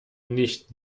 nicht